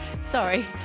Sorry